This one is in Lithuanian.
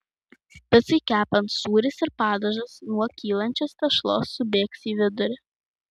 picai kepant sūris ir padažas nuo kylančios tešlos subėgs į vidurį